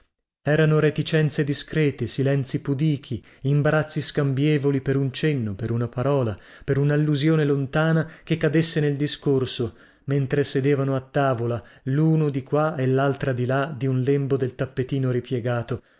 erano reticenze discrete silenzi pudichi imbarazzi scambievoli per un cenno per una parola per unallusione lontana che cadesse nel discorso mentre sedevano a tavola luno di qua e laltra di là di un lembo del tappetino ripiegato